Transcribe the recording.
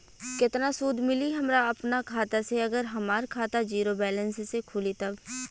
केतना सूद मिली हमरा अपना खाता से अगर हमार खाता ज़ीरो बैलेंस से खुली तब?